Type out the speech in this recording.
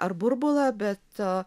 ar burbulą bet a